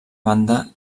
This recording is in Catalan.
banda